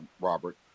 Robert